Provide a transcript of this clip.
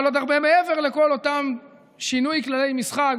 אבל עוד הרבה מעבר לכל אותם שינויי כללי משחק,